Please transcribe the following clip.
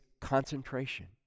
concentration